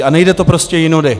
A nejde to prostě jinudy.